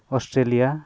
Australia